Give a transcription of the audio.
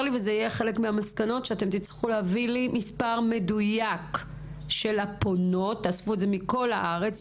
במסקנות אדגיש שאתם תצטרכו להביא לי מספר מדויק של הפונות מכל הארץ,